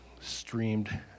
streamed